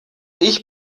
ich